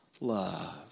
love